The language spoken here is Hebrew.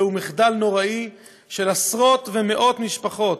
זהו מחדל נוראי לעשרות ומאות משפחות,